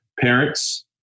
parents